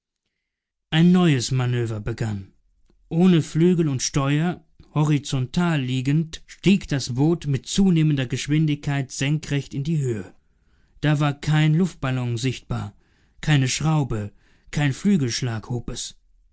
ein neues manöver begann ohne flügel und steuer horizontal liegend stieg das boot mit zunehmender geschwindigkeit senkrecht in die höhe da war kein luftballon sichtbar keine schraube kein flügelschlag hob es